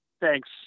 Thanks